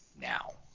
now